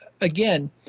again